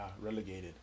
relegated